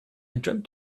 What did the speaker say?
dreamt